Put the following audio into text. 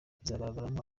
kizagaragaramo